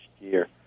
year